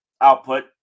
output